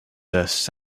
coast